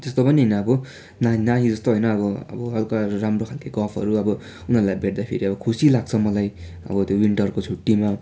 त्यस्तो पनि होइन अब ना नानी जस्तो होइन अब अब हलका राम्रो खालके गफहरू अब उनीहरूलाई भेट्दाखेरि अब खुसी लाग्छ मलाई अब त्यो विन्टरको छुट्टीमा